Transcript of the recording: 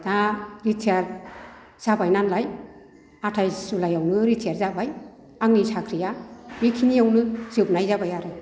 दा रिटियार जाबाय नालाय आथाइस जुलाइयावनो रिटियार जाबाय आंनि साख्रिया बेखिनियावनो जोबनाय जाबाय आरो